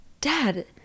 dad